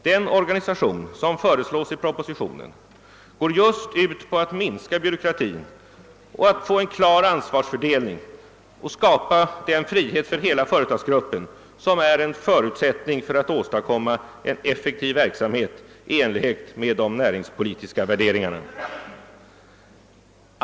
Den organisation som föreslås i propositionen går just ut på att minska syråkratin och få en klar ansvarsförlelning samt skapa den frihet för hela 'öretagsgruppen som är en förutsättning för att åstadkomma en effektiv verksamhet i enlighet med de näringspolitiska värderingarna.